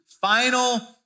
final